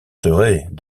seraient